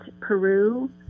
Peru